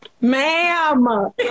Ma'am